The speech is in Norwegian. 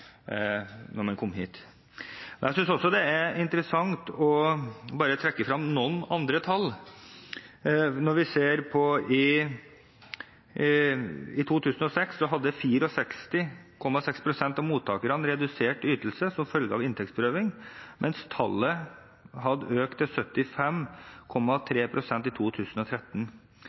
når man kom hit. Jeg synes også det er interessant å trekke frem noen andre tall: Når vi ser på tall fra 2006, så hadde 64,6 pst. av mottakerne redusert ytelse som følge av inntektsprøving, mens tallet hadde økt til